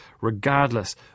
regardless